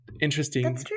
interesting